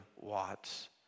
Watts